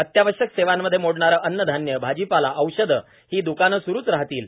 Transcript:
अत्यावश्यक सेवांमध्ये मोडणारे अन्न धान्य भाजीपाला औषधे ही दुकाने सुरूच राहतील